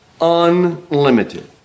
unlimited